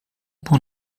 były